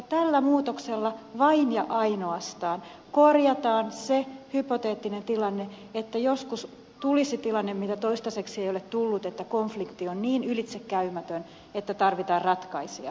tällä muutoksella vain ja ainoastaan korjataan se hypoteettinen tilanne että joskus tulisi tilanne mitä toistaiseksi ei ole tullut että konflikti on niin ylitsekäymätön että tarvitaan ratkaisija